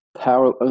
power